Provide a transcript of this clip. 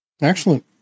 excellent